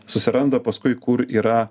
susiranda paskui kur yra